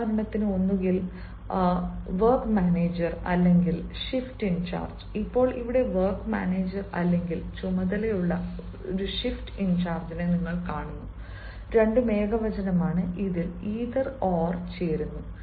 ഉദാഹരണത്തിന് ഒന്നുകിൽ works manager അല്ലെങ്കിൽ ഷിഫ്റ്റ് ഇൻ ചാർജ് ഇപ്പോൾ ഇവിടെ വർക്ക്സ് മാനേജർ അല്ലെങ്കിൽ ചുമതലയുള്ള ഷിഫ്റ്റ് നിങ്ങൾ കാണുന്നു രണ്ടും ഏകവചനമാണ് ഇതിൽ ഇതെർ ഓർ ചേരുന്നു